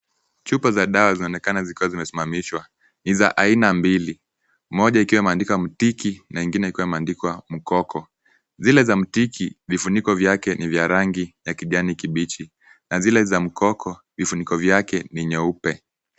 Chupa za dawa zaonekana zikiwa zimesimamishwa, ni za aina mbili moja ikiwa imeandikwa Mtiki na ingine ikiwa imeandikwa Mkoko. Zile za Mtiki vifuniko vyake ni vya rangi ya kijani kibichi na zile za Mkoko vifuniko vyake ni nyeupe.